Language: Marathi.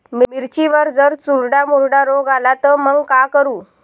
मिर्चीवर जर चुर्डा मुर्डा रोग आला त मंग का करू?